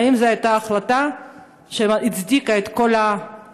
האם זו הייתה החלטה שהצדיקה את כל הבלגן,